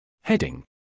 Heading